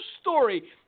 story